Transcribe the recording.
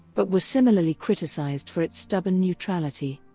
but was similarly criticized for its stubborn neutrality.